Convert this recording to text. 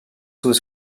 was